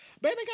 Baby